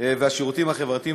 והשירותים החברתיים,